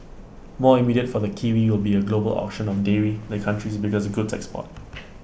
more immediate for the kiwi will be A global auction of dairy the country's biggest goods export